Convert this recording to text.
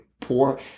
poor